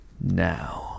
now